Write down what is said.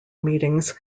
meetings